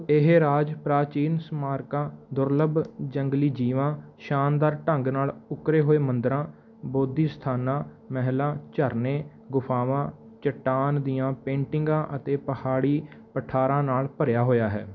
ਇਹ ਰਾਜ ਪ੍ਰਾਚੀਨ ਸਮਾਰਕਾਂ ਦੁਰਲੱਭ ਜੰਗਲੀ ਜੀਵਾਂ ਸ਼ਾਨਦਾਰ ਢੰਗ ਨਾਲ ਉੱਕਰੇ ਹੋਏ ਮੰਦਰਾਂ ਬੋਧੀ ਸਥਾਨਾਂ ਮਹਿਲਾਂ ਝਰਨੇ ਗੁਫਾਵਾਂ ਚੱਟਾਨ ਦੀਆਂ ਪੇਂਟਿੰਗਾਂ ਅਤੇ ਪਹਾੜੀ ਪਠਾਰਾਂ ਨਾਲ ਭਰਿਆ ਹੋਇਆ ਹੈ